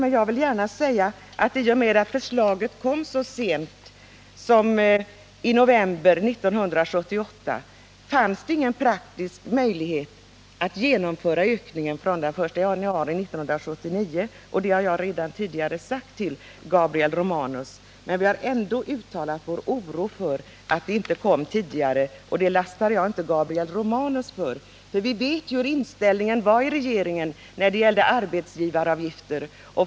Jag vill dock gärna säga att i och med att förslaget kom så sent som i november 1978 fanns ingen praktisk möjlighet att genomföra ökningen från den 1 januari 1979. Det har jag redan tidigare sagt till Gabriel Romanus. Vi har ändå velat uttala vår oro för att höjningen inte kommer tidigare, även om jag inte vill lasta Gabriel Romanus för detta. Vi vet hur inställningen var i trepartiregeringen när det gäller arbetsgivaravgifter.